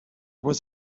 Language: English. was